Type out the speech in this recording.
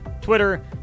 Twitter